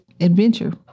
adventure